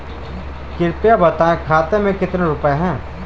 कृपया बताएं खाते में कितने रुपए हैं?